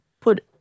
put